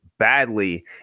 badly